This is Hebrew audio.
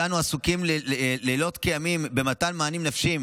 כשאנו עסוקים לילות כימים במתן מענים נפשיים